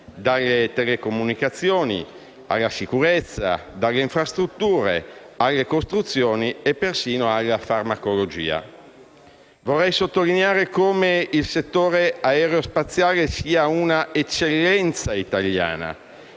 dalle telecomunicazioni alla sicurezza, dalle infrastrutture alle costruzioni e persino alla farmacologia. Desidero sottolineare come il settore aerospaziale sia un'eccellenza italiana.